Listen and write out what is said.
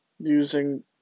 Using